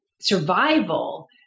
survival